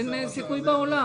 אין שום סיכוי לכך.